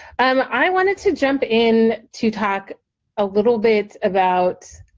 um i wanted to jump in to talk a little bit about